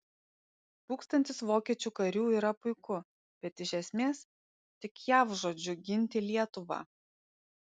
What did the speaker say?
tūkstantis vokiečių karių yra puiku bet iš esmės tik jav žodžiu ginti lietuvą